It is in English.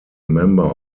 member